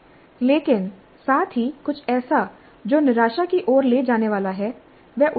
लेकिन साथ ही कुछ ऐसा जो निराशा की ओर ले जाने वाला है वह उल्टा होगा